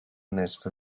نصفه